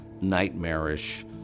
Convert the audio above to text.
nightmarish